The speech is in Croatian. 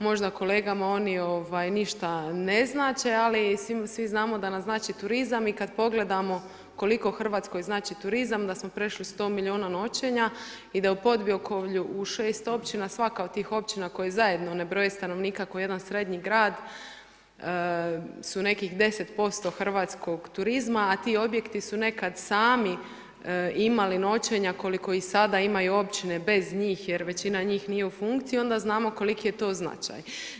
Možda kolegama ništa ne znače, ali svi znamo da nam znači turizam i kada pogledamo koliko Hr oj znači turizam da smo prešli 100 milijuna noćenja i da u podbiokovlju u 6 općina, svaka od tih općina koja zajedno ne broji stanovnika ko jedan srednji grad, su nekih 10% hrvatskog turizma, a ti objekti su nekad sami imali noćenja koliko i sada imaju općine bez njih, jer većina njih nije u funkciji, onda znamo koliki je to značaj.